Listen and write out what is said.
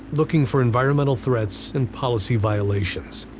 looking for environmental threats and policy violations.